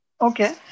Okay